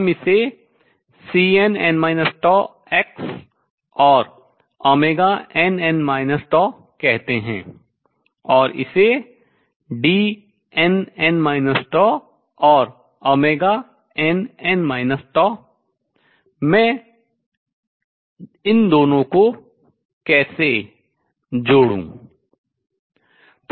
हम इसे Cnn τx और nn τ कहते हैं और इसे Dnn τ और nn τ मैं इन दोनों को कैसे जोड़ूं add करूँ